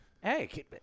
Hey